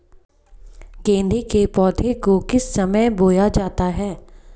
गेंदे के पौधे को किस समय बोया जाता है?